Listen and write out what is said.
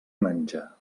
menjar